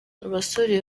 abasore